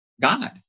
God